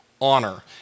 honor